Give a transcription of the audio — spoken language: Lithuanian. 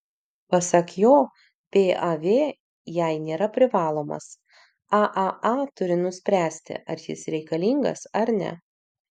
pasak jo pav jai nėra privalomas aaa turi nuspręsti ar jis reikalingas ar ne